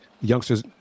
youngsters